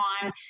time